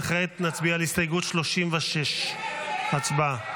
וכעת נצביע על הסתייגות 36. הצבעה.